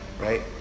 Right